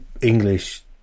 English